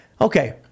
Okay